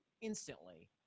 instantly